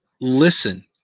listen